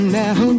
now